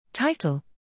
Title